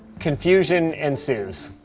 confusion ensues.